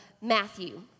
Matthew